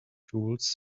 tools